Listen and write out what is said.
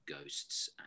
ghosts